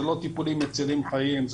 אלה לא טיפולים מצילים חיים,